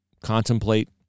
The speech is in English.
contemplate